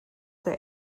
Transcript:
der